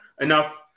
enough